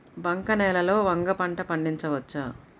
బంక నేలలో వంగ పంట పండించవచ్చా?